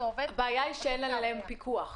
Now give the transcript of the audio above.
הבעיה היא שאין עליהם פיקוח.